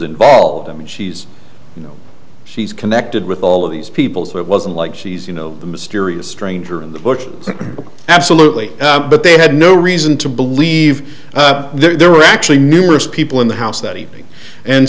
involved i mean she's you know she's connected with all of these people so it wasn't like she's you know the mysterious stranger in the book absolutely but they had no reason to believe there were actually numerous people in the house that evening and